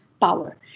power